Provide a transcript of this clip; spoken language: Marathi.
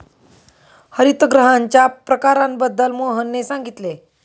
हरितगृहांच्या प्रकारांबद्दल मोहनने सांगितले